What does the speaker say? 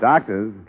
Doctors